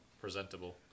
presentable